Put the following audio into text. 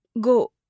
Go